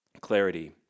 Clarity